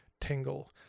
tingle